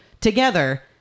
together